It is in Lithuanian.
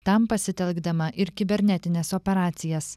tam pasitelkdama ir kibernetines operacijas